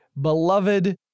beloved